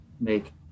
make